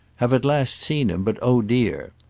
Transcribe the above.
have at last seen him, but oh dear!